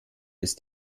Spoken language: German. ist